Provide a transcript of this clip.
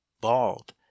bald